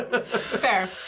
Fair